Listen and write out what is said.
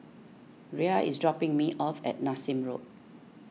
Rhea is dropping me off at Nassim Road